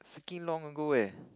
freaking long ago eh